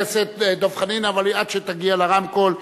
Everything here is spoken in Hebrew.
חבר הכנסת חנין, עד שתגיע לרמקול,